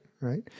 right